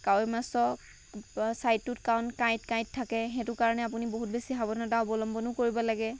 কাৱৈ মাছৰ চাইডটোত কাৰণ কাঁইট কাঁইট থাকে সেইটো কাৰণে আপুনি বহুত বেছি সাৱধানতা অৱলম্বনো কৰিব লাগে